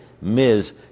Ms